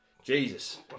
Jesus